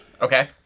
Okay